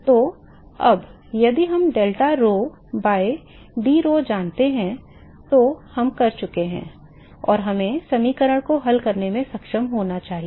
तो अब यदि हम delta rho by d rho जानते हैं तो हम कर चुके हैं और हमें समीकरण को हल करने में सक्षम होना चाहिए